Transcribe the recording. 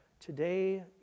Today